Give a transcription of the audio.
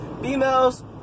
females